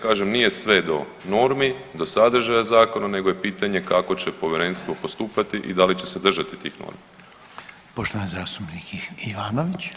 Kažem nije sve do normi, do sadržaja Zakona, nego je pitanje kako će Povjerenstvo postupati i da li će se držati tih normi.